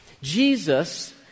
Jesus